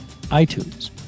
itunes